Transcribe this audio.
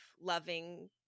loving